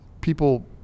people